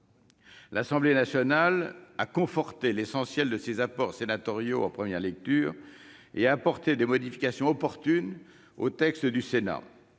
L'Assemblée nationale a conforté l'essentiel de ces apports sénatoriaux en première lecture et a apporté des modifications opportunes au texte du Sénat,